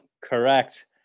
Correct